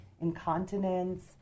incontinence